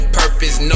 purpose